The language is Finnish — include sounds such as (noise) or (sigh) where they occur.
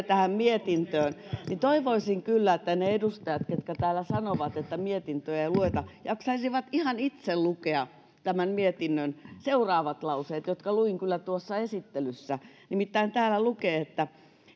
(unintelligible) tähän mietintöön niin toivoisin kyllä että ne edustajat ketkä täällä sanovat että mietintöjä ei lueta jaksaisivat ihan itse lukea tämän mietinnön seuraavat lauseet jotka luin kyllä tuossa esittelyssä nimittäin täällä lukee